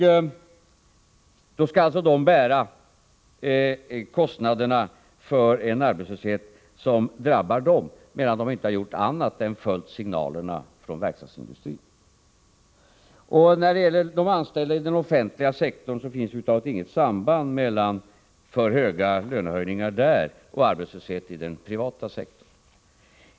I så fall skall alltså de som arbetar i textilindustrin bära kostnaderna för en arbetslöshet som drabbar dem, trots att de inte har gjort annat än följt signalerna från verkstadsindustrin. Och när det gäller de anställda inom den offentliga sektorn finns det över huvud taget inget samband mellan för höga lönehöjningar där och arbetslöshet inom den privata sektorn.